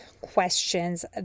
questions